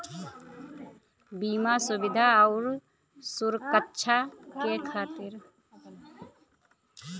बीमा सुविधा आउर सुरक्छा के खातिर करावल जाला